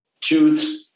tooth